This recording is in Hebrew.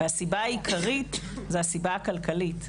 והסיבה העיקרית היא הסיבה הכלכלית.